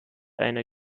eine